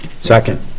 Second